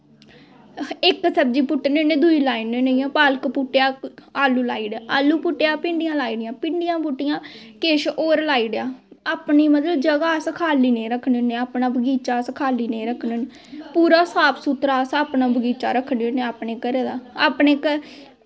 इक्क सब्जी पुट्टने होने दुई लाई ओड़ने होने जियां पालक पुट्टेआ आलू लाई ओड़ेआ आलू पुट्टेआ भिंडियां लाई ओड़ियां भिंडियां पुट्टियां किश होर लाई ओड़ेआ अपनी मतलव जगह अस खाल्ली नेंई रक्खने होने अपनी बगीचा अस खाल्ली नेंई रक्खने होन्ने पूरा साफ सुथरा अस अपना बगीचा रक्खने होने अपने घरे दा अपने